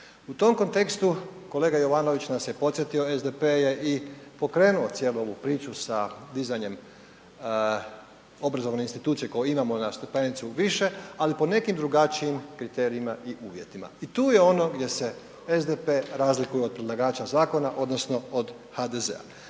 U tom kontekstu, kolega Jovanović nas je podsjetio, SDP je i pokrenuo cijelu ovu priču sa dizanjem obrazovne institucije koju imamo na stepenicu više, ali po nekim drugačijim kriterijima i uvjetima i tu je ono gdje se SDP razlikuje od predlagača zakona, odnosno od HDZ-a.